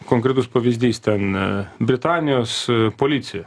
konkretus pavyzdys ten britanijos policija